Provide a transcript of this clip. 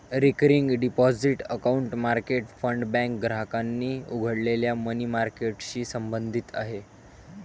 recurring deposit account market fund bank ग्राहकांनी उघडलेल्या money मार्केटशी संबंधित आहे